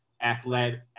athletic